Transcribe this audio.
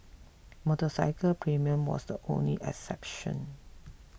motorcycle premium was the only exception